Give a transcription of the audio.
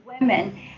women